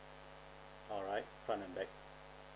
alright find my bag